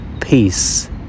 peace